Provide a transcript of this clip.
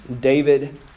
David